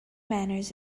manners